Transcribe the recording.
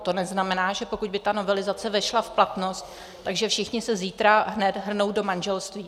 To neznamená, že pokud by ta novelizace vešla v platnost, všichni se zítra hned hrnou do manželství.